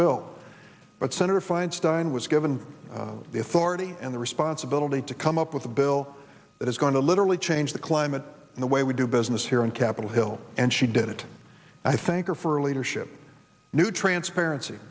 bill but senator feinstein was given the authority and the responsibility to come up with a bill that is going to literally change the climate in the way we do business here on capitol hill and she did it i think are for leadership new transparency